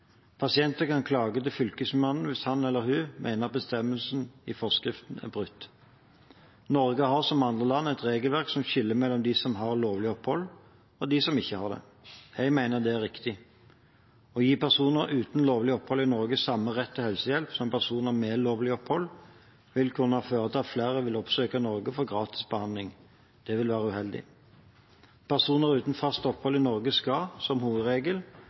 Pasienter kan klage til Fylkesmannen hvis han eller hun mener bestemmelsen i forskriften er brutt. Norge har, som andre land, et regelverk som skiller mellom dem som har lovlig opphold, og dem som ikke har det. Jeg mener det er riktig. Å gi personer uten lovlig opphold i Norge samme rett til helsehjelp som personer med lovlig opphold vil kunne føre til at flere vil oppsøke Norge for gratis behandling, og det vil være uheldig. Personer uten fast opphold i Norge skal, som hovedregel,